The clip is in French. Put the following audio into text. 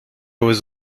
aux